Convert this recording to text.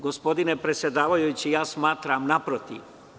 Gospodine predsedavajući, smatram, naprotiv.